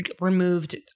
removed